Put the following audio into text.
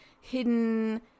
hidden